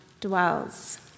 dwells